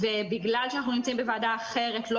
בגלל שאנחנו נמצאים כעת בישיבת ועדה אחרת לא